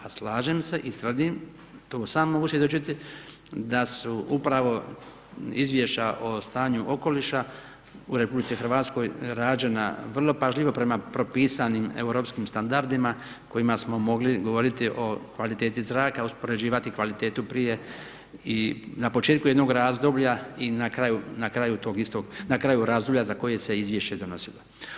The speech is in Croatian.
A slažem se i tvrdim, to sam mogu svjedočiti, da su upravo izvješća o stanju okoliša u RH, rađena vrlo pažljivo prema propisanim europskim standardima, kojima smo mogli govoriti o kvaliteti zraka, uspoređivati kvalitetu prije i na početku jednog razdoblju i na kraju razdoblja za koje se izvješće donosilo.